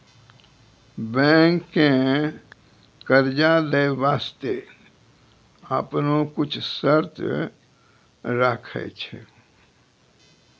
बैंकें कर्जा दै बास्ते आपनो कुछ शर्त राखै छै